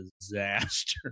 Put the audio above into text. disaster